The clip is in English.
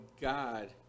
God